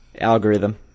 Algorithm